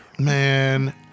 man